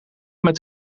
met